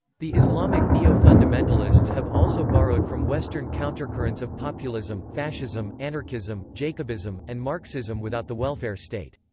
the islamic neo-fundamentalists have also borrowed from western countercurrents of populism, fascism, anarchism, jacobism, and marxism without the welfare state.